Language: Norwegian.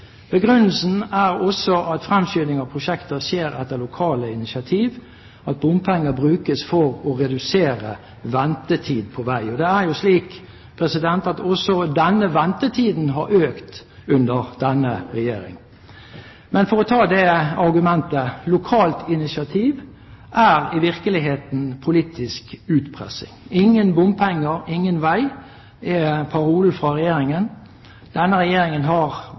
at fremskynding av prosjekter skjer etter lokale initiativ, og at bompenger brukes for å redusere ventetid på vei, og det er jo slik at denne ventetiden har økt under denne regjeringen. Argumentet om «lokale initiativ» er i virkeligheten politisk utpressing: Ingen bompenger – ingen vei, er parolen fra Regjeringen. Denne regjeringen har